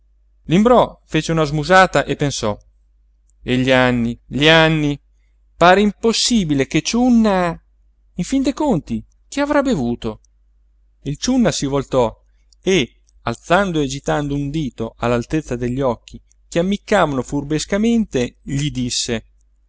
l'imbrò fece una smusata e pensò e gli anni gli anni pare impossibile che ciunna in fin dei conti che avrà bevuto il ciunna si voltò e alzando e agitando un dito all'altezza degli occhi che ammiccavano furbescamente gli disse